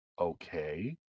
Okay